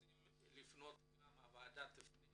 הוועדה תפנה